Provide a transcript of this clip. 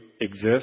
exist